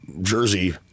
Jersey